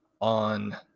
on